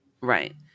Right